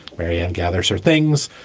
mary and gathers her things.